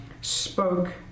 spoke